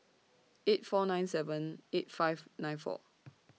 eight four nine seven eight five nine four